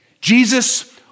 Jesus